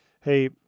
hey